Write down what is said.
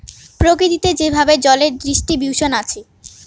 প্রকৃতিতে যেভাবে জলের ডিস্ট্রিবিউশন আছে